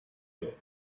you